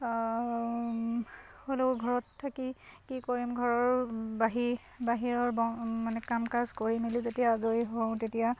হ'লেও ঘৰত থাকি কি কৰিম ঘৰৰ বাহী বাহিৰৰ মানে কাম কাজ কৰি মেলি যেতিয়া আজৰি হওঁ তেতিয়া